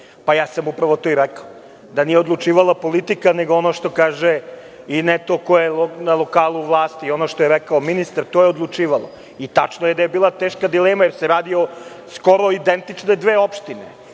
To sam i rekao, da nije odlučivala politika nego ono što kaže neko ko je na lokalu vlasti, što je rekao ministar. To je odlučivalo. Tačno je da je bila teška dilema jer se radi o skoro identične dve opštine